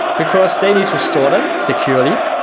because they need to store them securely,